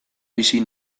bizi